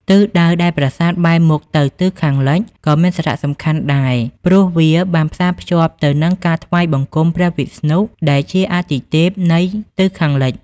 ទិសដៅដែលប្រាសាទបែរមុខទៅទិសខាងលិចក៏មានសារៈសំខាន់ដែរ ព្រោះវាបានផ្សារភ្ជាប់ទៅនឹងការថ្វាយបង្គំព្រះវិស្ណុដែលជាអាទិទេពនៃទិសខាងលិច។